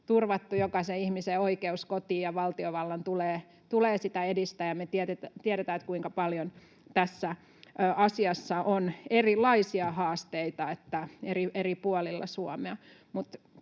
turvattu jokaisen ihmisen oikeus kotiin, ja valtiovallan tulee sitä edistää, ja me tiedetään, kuinka paljon tässä asiassa on erilaisia haasteita eri puolilla Suomea.